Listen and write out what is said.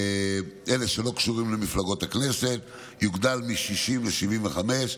אלה שלא קשורות למפלגות הכנסת, יוגדל מ-60 ל-75.